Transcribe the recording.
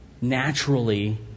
naturally